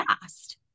fast